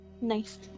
Nice